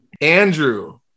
Andrew